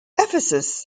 ephesus